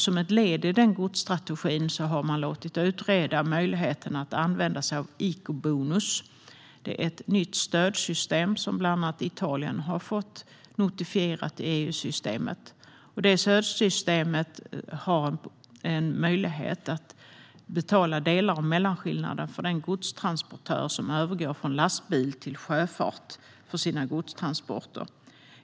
Som ett led i den godsstrategin har man låtit utreda möjligheten att använda sig av eco-bonus. Det är ett nytt stödsystem som bland annat Italien har fått notifierat i EU-systemet. Detta stödsystem innebär en möjlighet att betala delar av mellanskillnaden för den godstransportör som övergår från lastbil till sjöfart för sina godstransporter.